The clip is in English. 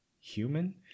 human